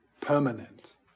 Permanent